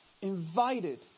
invited